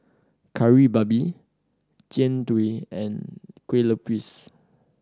Kari Babi Jian Dui and Kueh Lupis